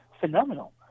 Phenomenal